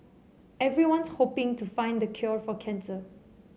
everyone's hoping to find the cure for cancer